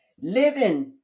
Living